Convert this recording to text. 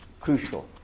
crucial